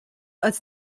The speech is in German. als